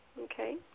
Okay